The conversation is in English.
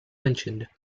mentioned